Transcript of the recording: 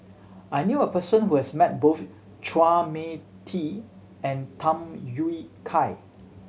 I knew a person who has met both Chua Mia Tee and Tham Yui Kai